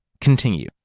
continue